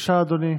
בבקשה, אדוני.